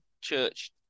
church